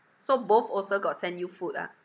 so both also got send you food ah